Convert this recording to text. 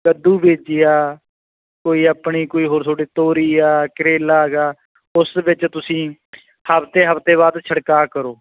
ਕੱਦੂ ਬੀਜਿਆ ਕੋਈ ਆਪਣੀ ਕੋਈ ਹੋਰ ਤੁਹਾਡੇ ਤੋਰੀ ਆ ਕਰੇਲਾ ਗਾ ਉਸ ਵਿੱਚ ਤੁਸੀਂ ਹਫਤੇ ਹਫਤੇ ਬਾਅਦ ਛਿੜਕਾ ਕਰੋ